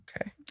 Okay